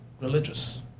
religious